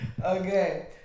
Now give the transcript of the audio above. Okay